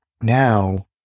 Now